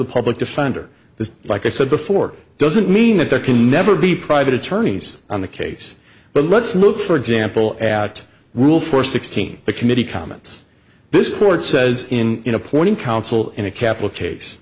the public defender this like i said before doesn't mean that there can never be private attorneys on the case but let's look for example at rule four sixteen the committee comments this court says in in appointing counsel in a capital case